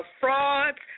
fraud